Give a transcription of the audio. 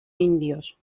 indios